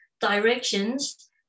directions